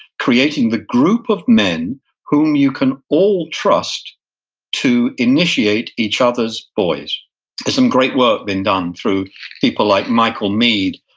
creating the group of men whom you can all trust to initiate each others' boys there's some great work being done through people like michael meade,